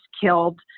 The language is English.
killed